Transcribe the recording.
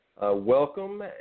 Welcome